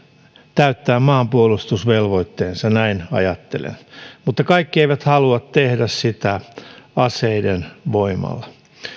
täyttää maanpuolustusvelvoitteensa näin ajattelen mutta kaikki eivät halua tehdä sitä aseiden voimalla